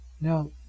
now